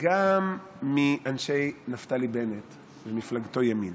וגם מאנשי נפתלי בנט ומפלגתו ימינה,